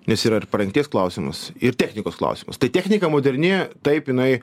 nes yra ir parengties klausimas ir technikos klausimas tai technika moderni taip jinai